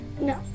No